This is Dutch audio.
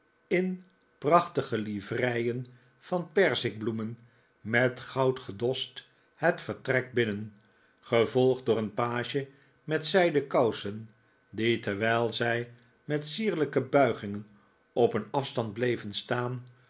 in prachtige livreien van perzikbloemen met goud gedost het vertrek binnen gevolgd door een page met zijden kousen die terwijl zij met sierlijke buigingen op een afstand bleven staan